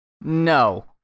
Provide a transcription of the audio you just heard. No